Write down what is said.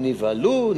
הם נבהלו,